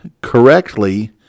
correctly